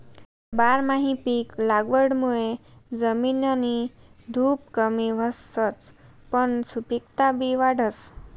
बारमाही पिक लागवडमुये जमिननी धुप कमी व्हसच पन सुपिकता बी वाढस